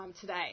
Today